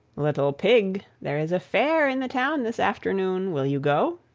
little pig, there is a fair in the town this afternoon will you go?